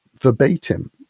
verbatim